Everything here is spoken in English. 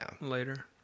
later